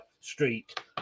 street